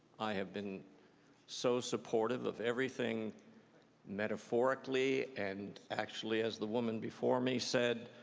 i have been so supportive of everything metaphorically and actually as the woman before me said,